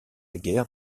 guerre